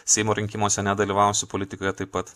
seimo rinkimuose nedalyvausiu politikoje taip pat